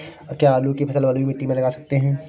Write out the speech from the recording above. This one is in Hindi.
क्या आलू की फसल बलुई मिट्टी में लगा सकते हैं?